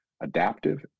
adaptive